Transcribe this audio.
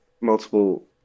multiple